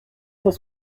cent